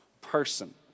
person